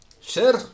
Sure